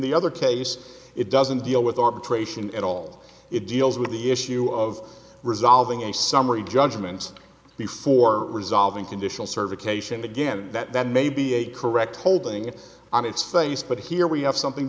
the other case it doesn't deal with arbitration at all it deals with the issue of resolving a summary judgment before resolving conditional survey cation again that may be a correct holding it on its face but here we have something